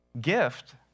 Gift